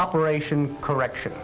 operation correction